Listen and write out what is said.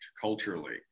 culturally